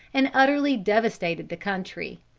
and utterly devastated the country.